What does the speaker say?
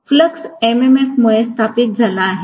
flux MMF मुळे स्थापित झाला आहे